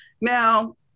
Now